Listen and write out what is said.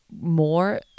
more